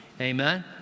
Amen